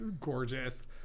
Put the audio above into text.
gorgeous